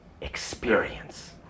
Experience